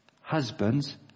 husband's